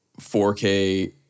4K